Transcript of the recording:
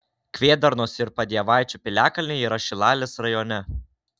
kvėdarnos ir padievaičio piliakalniai yra šilalės rajone